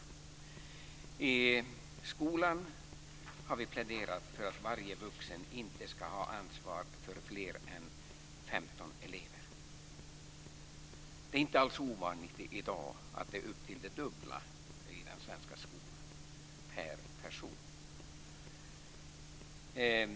I skolan har vi pläderat för att varje vuxen inte ska ha ansvar för fler än 15 elever. Det är inte alls ovanligt i den svenska skolan i dag att det är upp till det dubbla per person.